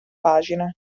pagina